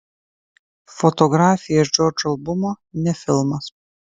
fotografija iš džordžo albumo ne filmas